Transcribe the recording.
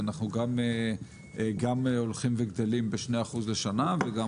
אנחנו גם הולכים וגדלים ב-2% לשנה וגם